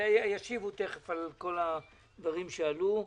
תיכף ישיבו על כל הדברים שעלו.